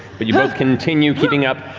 but you both continue keeping up.